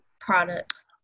products